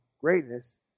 greatness